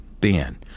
Ben